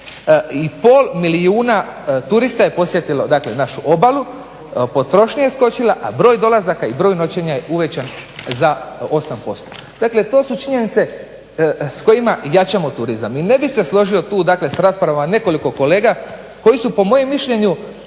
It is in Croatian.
11,5 milijuna turista je posjetilo dakle našu obalu, potrošnja je skočila, a broj dolazaka i broj noćenja je uvećan za 8%. Dakle, to su činjenice s kojima jačamo turizam. I ne bih se složio tu dakle s raspravama nekoliko kolega koji su po mojem mišljenju